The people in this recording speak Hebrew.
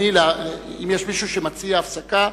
אם יש מישהו שמציע הפסקה,